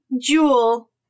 jewel